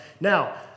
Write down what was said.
Now